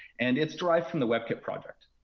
and it's derived from the webkit project,